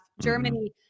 Germany